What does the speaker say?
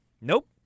Nope